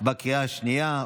בקריאה השנייה.